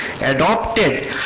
adopted